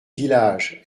village